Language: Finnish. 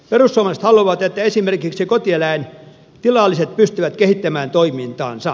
perussuomalaiset haluavat että esimerkiksi kotieläintilalliset pystyvät kehittämään toimintaansa